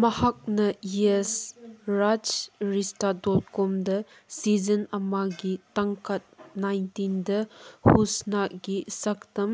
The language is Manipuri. ꯃꯍꯥꯛꯅ ꯌꯦꯁ ꯔꯥꯖ ꯔꯤꯁꯇꯥ ꯗꯣꯠ ꯀꯣꯝꯗ ꯁꯤꯖꯟ ꯑꯃꯒꯤ ꯇꯥꯡꯀꯛ ꯅꯥꯏꯟꯇꯤꯟꯗ ꯍꯨꯁꯅꯥꯒꯤ ꯁꯛꯇꯝ